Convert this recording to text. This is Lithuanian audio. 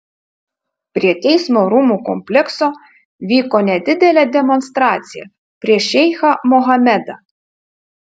prie teismo rūmų komplekso vyko nedidelė demonstracija prieš šeichą mohamedą